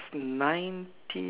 was nineteen